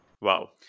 Wow